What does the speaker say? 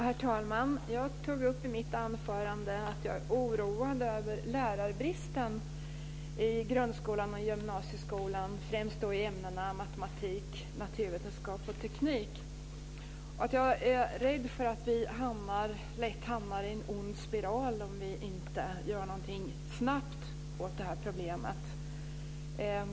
Herr talman! Jag tog i mitt anförande upp att jag är oroad över lärarbristen i grundskolan och gymnasieskolan, främst i ämnena matematik, naturvetenskap och teknik. Jag är rädd för att vi lätt hamnar i en ond spiral om vi inte snabbt gör någonting åt det här problemet.